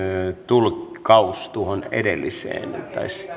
tulkkaus tuohon edelliseen se